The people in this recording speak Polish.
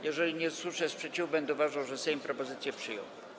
Jeżeli nie usłyszę sprzeciwu, będę uważał, że Sejm propozycję przyjął.